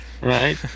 Right